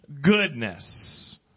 goodness